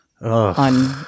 on